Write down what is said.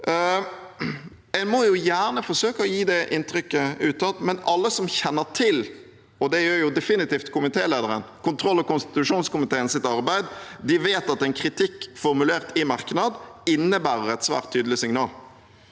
En må gjerne forsøke å gi det inntrykket utad, men alle som kjenner til, og det gjør definitivt komitélederen, kontroll- og konstitusjonskomiteens arbeid, vet at en kritikk formulert i merknad innebærer et svært tydelig signal.